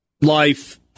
life